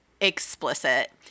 explicit